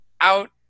out